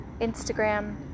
Instagram